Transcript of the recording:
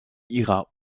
ihrer